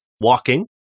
walking